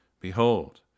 Behold